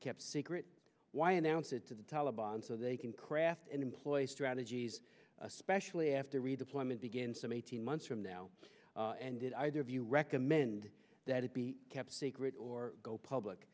kept secret why announce it to the taliban so they can craft and employ strategies especially after redeployment begins some eighteen months from now and did either of you recommend that it be kept secret or go public